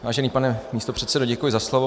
Vážený pane místopředsedo, děkuji za slovo.